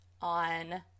on